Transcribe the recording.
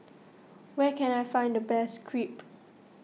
where can I find the best Crepe